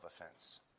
offense